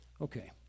Okay